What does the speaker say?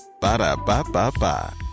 Ba-da-ba-ba-ba